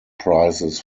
prizes